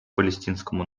палестинскому